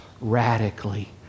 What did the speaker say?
radically